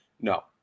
No